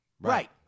Right